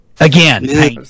Again